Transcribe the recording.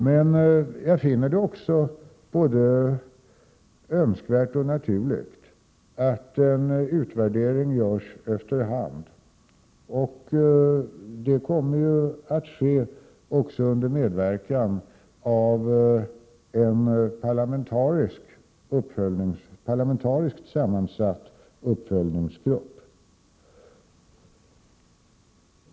Det är emellertid också både nödvändigt och naturligt att en utvärdering genomförs efter hand. Den kommer att göras under medverkan av en parlamentariskt sammansatt uppföljningsgrupp.